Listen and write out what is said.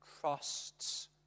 trusts